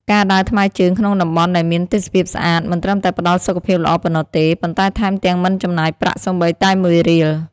ការដើរថ្មើរជើងក្នុងតំបន់ដែលមានទេសភាពស្អាត មិនត្រឹមតែផ្តល់សុខភាពល្អប៉ុណ្ណោះទេ ប៉ុន្តែថែមទាំងមិនចំណាយប្រាក់សូម្បីតែមួយរៀល។